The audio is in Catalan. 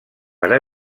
per